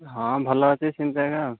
ହଁ ଭଲ ଅଛି ସେମିତି ଏକା ଆଉ